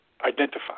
identify